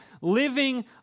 living